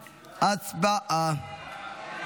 עברה,